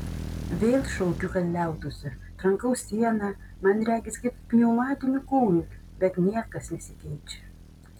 vėl šaukiu kad liautųsi trankau sieną man regis kaip pneumatiniu kūju bet niekas nesikeičia